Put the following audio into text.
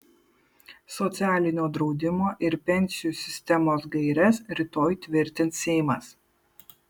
socialinio draudimo ir pensijų sistemos gaires rytoj tvirtins seimas